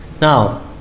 now